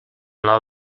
love